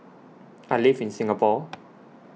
I live in Singapore